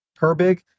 Herbig